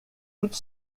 toute